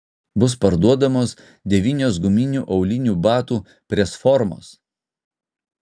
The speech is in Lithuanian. bus parduodamos devynios guminių aulinių batų presformos